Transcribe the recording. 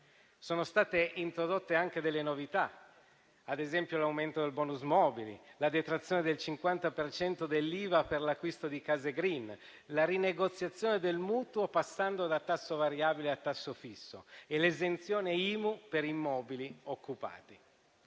Sono state introdotte anche delle novità. Ad esempio l'aumento del *bonus* mobili, la detrazione del 50 per cento dell'IVA per l'acquisto di case *green*, la rinegoziazione del mutuo passando da tasso variabile a tasso fisso e l'esenzione IMU per immobili occupati.